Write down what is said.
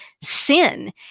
sin